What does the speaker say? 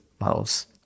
models